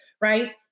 right